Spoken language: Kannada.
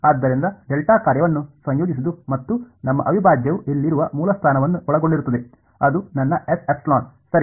ಆದ್ದರಿಂದ ಡೆಲ್ಟಾ ಕಾರ್ಯವನ್ನು ಸಂಯೋಜಿಸುವುದು ಮತ್ತು ನಮ್ಮ ಅವಿಭಾಜ್ಯವು ಇಲ್ಲಿರುವ ಮೂಲಸ್ಥಾನ ವನ್ನು ಒಳಗೊಂಡಿರುತ್ತದೆ ಅದು ನನ್ನ Sε ಸರಿ